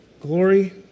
Glory